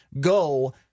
go